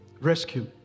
Rescue